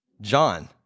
John